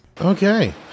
Okay